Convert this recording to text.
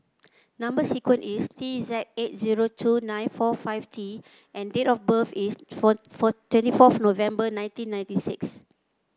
number sequence is T Z eight zero two nine four five T and date of birth is four four twenty fourth November nineteen ninety six